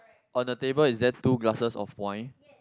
on the table is there two glasses of wine